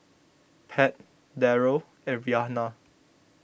Pat Darrel and Rhianna